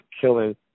killing